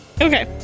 Okay